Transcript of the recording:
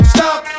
Stop